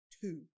two